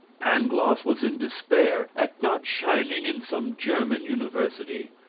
pangloss was in despair at not shining in some german university.